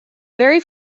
very